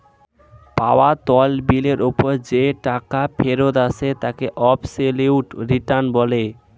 পাওয়া তহবিলের ওপর যেই টাকা ফেরত আসে তাকে অ্যাবসোলিউট রিটার্ন বলে